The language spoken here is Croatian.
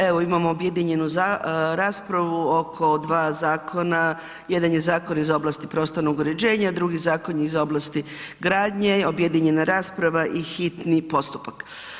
Evo imamo objedinjenu raspravu oko dva zakona, jedan je zakon iz oblasti prostornog uređenja a drugi zakon je iz oblasti gradnje, objedinjena rasprava i hitno postupak.